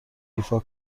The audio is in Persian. ایفا